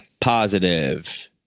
positive